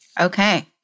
Okay